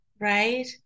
right